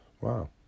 Wow